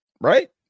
right